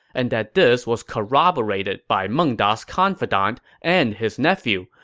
and that this was corroborated by meng da's confidant and his nephew,